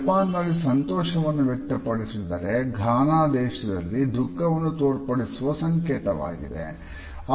Japan ನಲ್ಲಿ ಸಂತೋಷವನ್ನು ವ್ಯಕ್ತಪಡಿಸಿದರೆ ಘಾನಾದಲ್ಲಿ ದುಃಖ ತೋರ್ಪಡಿಸುವ ಸಂಕೇತವಾಗಿದೆ